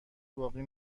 باقی